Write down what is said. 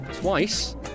twice